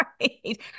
Right